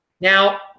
Now